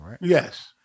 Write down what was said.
Yes